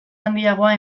handiagoa